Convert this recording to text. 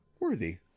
Worthy